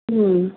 ਹੂੰ